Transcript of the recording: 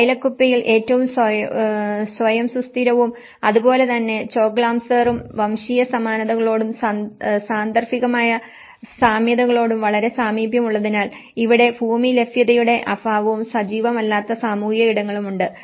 ബൈലക്കുപ്പയിൽ ഏറ്റവും സ്വയം സുസ്ഥിരവും അതുപോലെ തന്നെ ചോഗ്ലാംസാറും വംശീയ സമാനതകളോടും സാന്ദർഭികമായ സാമ്യതയോടും വളരെ സാമീപ്യമുള്ളതിനാൽ ഇവിടെ ഭൂമി ലഭ്യതയുടെ അഭാവവും സജീവമല്ലാത്ത സാമൂഹിക ഇടങ്ങളുമുണ്ട്